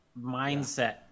mindset